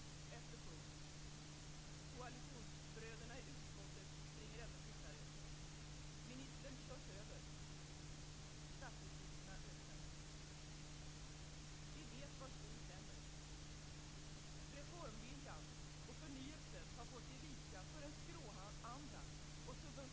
Behovet av beredskapslagring är ett sådant exempel.